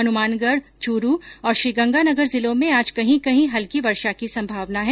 हनुमानगढ चूरू और श्रीगंगानगर जिलों में आज कहीं कहीं हल्की वर्षा की संभावना है